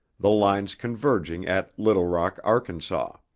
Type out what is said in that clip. the lines converging at little rock, arkansas.